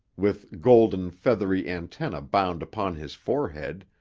with golden, feathery antennae bound upon his forehead,